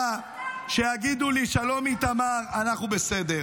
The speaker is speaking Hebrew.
שיגידו לי: שלום, איתמר, אנחנו בסדר.